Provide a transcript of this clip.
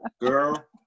girl